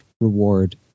reward